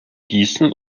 gießen